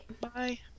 Bye